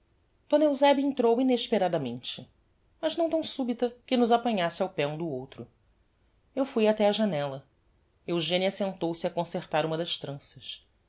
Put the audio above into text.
d eusebia entrou inesperadamente mas não tão subita que nos apanhasse ao pé um do outro eu fui até á janella eugenia sentou-se a concertar uma das tranças